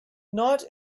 not